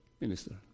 minister